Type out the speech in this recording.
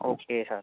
okay sir